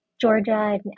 Georgia